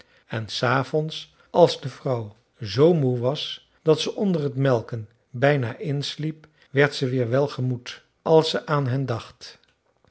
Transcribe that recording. en s avonds als de vrouw zoo moe was dat ze onder t melken bijna insliep werd ze weer welgemoed als ze aan hen dacht